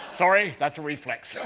sorry, that's a reflex. yeah